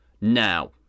now